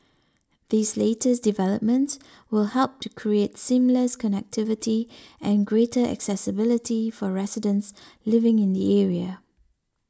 these latest developments will help to create seamless connectivity and greater accessibility for residents living in the area